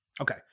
Okay